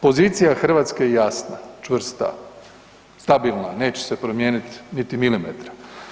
Pozicija Hrvatske je jasna, čvrsta, stabilna, neće se promijenit niti milimetra.